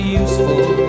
useful